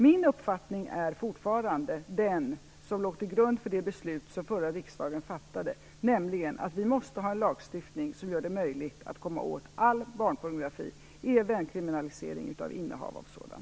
Min uppfattning är fortfarande den som låg till grund för det beslut som den förra riksdagen fattade - att vi måste ha en lagstiftning som gör det möjligt att komma åt all barnpornografi. Det innebär även kriminalisering av innehav av sådan.